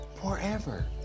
forever